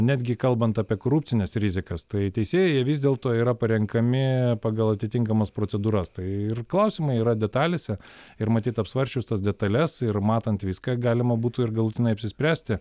netgi kalbant apie korupcines rizikas tai teisėjai vis dėlto yra parenkami pagal atitinkamas procedūras tai ir klausimai yra detalėse ir matyt apsvarsčius tas detales ir matant viską galima būtų ir galutinai apsispręsti